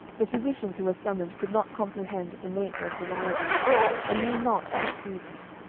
the physicians who were summoned could not comprehend the nature of her malady and knew not how to treat it.